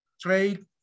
trade